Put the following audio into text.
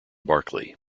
barclay